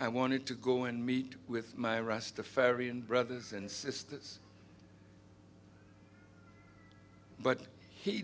i wanted to go and meet with my rastafari and brothers and sisters but he